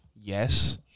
Yes